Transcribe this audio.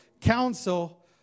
counsel